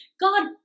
God